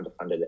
underfunded